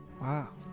Wow